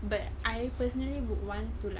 but I personally would want to lah